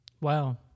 Wow